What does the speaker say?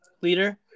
leader